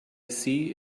see